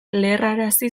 leherrarazi